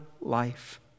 life